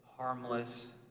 harmless